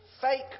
fake